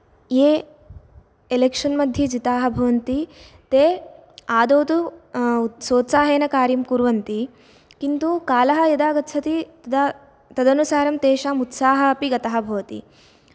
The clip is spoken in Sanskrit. ये एलेक्षन् मध्ये जिताः भवन्ति ते आदौ तु सोत्साहेन कार्यं कुर्वन्ति किन्तु कालः यदा गच्छति तदा तदनुसारं तेषाम् उत्साहः अपि गतः भवति